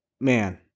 man